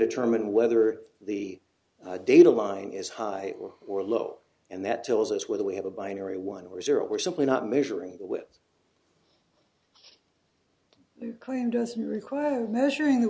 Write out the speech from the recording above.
determine whether the data line is high or low and that tells us whether we have a binary one or zero we're simply not measuring with the claim doesn't require measuring